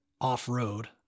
off-road